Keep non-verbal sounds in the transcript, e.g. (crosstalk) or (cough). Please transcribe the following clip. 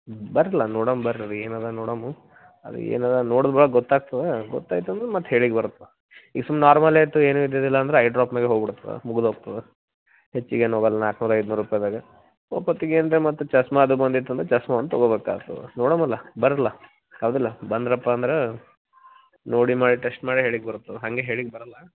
ಬರ್ರೆಲ ನೋಡಣ ಬರ್ರಿ ಏನು ಅದು ನೋಡೋನು ಅದ ಏನು ಅದು ನೋಡಿದ ಮ್ಯಾಲ ಗೊತ್ತಾಗ್ತದ ಗೊತ್ತಾತಂದ್ರ ಮತ್ತು ಹೇಳ್ಲಿಕ್ಕೆ ಬರ್ತದ ಇಫ್ ನಾರ್ಮಲಿ ಐತಿ ಏನು ಇದ್ದಿದ್ದಿಲ್ಲಾ ಅಂದ್ರ ಐ ಡ್ರಾಪ್ನಾಗ ಹೋಗ್ಬಿಡ್ತದ ಮುಗದೊಗ್ತದ ಹೆಚ್ಚಿಗೆ ಏನು ಹೋಗಲ್ಲ ನಾಲ್ಕು ನಾರ ಐನೂರು ರೂಪಾಯ್ದಾಗ (unintelligible) ಏನ್ರ ಮತ್ತು ಚಸ್ಮಾ ಅದು ಬಂದಿತಂದ್ರ ಚಸ್ಮಾ ಒಂದು ತುಗೋಬೇಕ್ಕಾಗ್ತದ ನೋಡೋಮಲ ಬರ್ರೆಲ ಹೌದಿಲ್ಲಾ ಬಂದ್ರಪ್ಪ ಅಂದರೆ ನೋಡಿ ಮಾಡಿ ಟೆಸ್ಟ್ ಮಾಡಿ ಹೇಳ್ಲಿಕ್ಕೆ ಬರ್ತದ ಹಂಗೆ ಹೇಳ್ಲಿಕ್ಕೆ ಬರಲ್ಲ